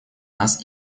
нас